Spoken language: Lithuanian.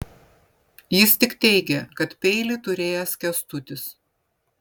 jis tik teigė kad peilį turėjęs kęstutis